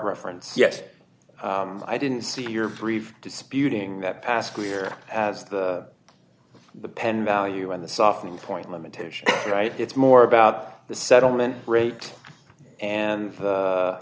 reference yet i didn't see your brief disputing that pass clear as the pen value on the softening point limitation right it's more about the settlement rate and